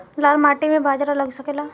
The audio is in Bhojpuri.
लाल माटी मे बाजरा लग सकेला?